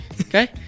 Okay